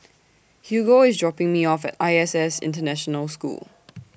Hugo IS dropping Me off At I S S International School